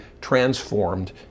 transformed